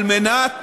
על מנת